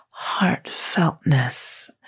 heartfeltness